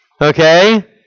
Okay